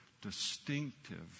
distinctive